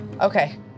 Okay